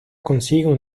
consigue